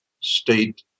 State